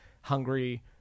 hungry